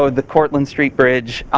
ah the courtland street bridge.